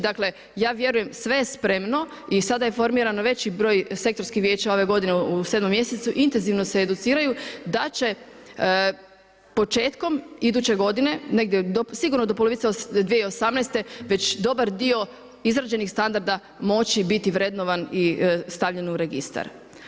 Dakle, ja vjerujem sve je spremno i sada je formirano veći broj sektorskih vijeća ove godine u 7 mjesecu, intenzivno se educiraju da će početkom iduće godine, negdje sigurno do polovice 2018. već dobar dio izrađenih standarda moći biti vrednovan i stavljen u registar.